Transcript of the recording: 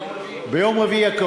ביום רביעי.